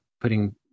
putting